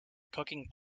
cooking